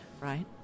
right